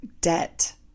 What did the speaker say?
debt